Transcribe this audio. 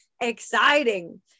exciting